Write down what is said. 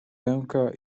pęka